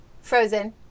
Frozen